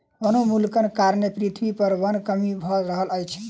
वनोन्मूलनक कारणें पृथ्वी पर वनक कमी भअ रहल अछि